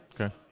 Okay